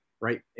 right